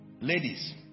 ladies